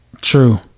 True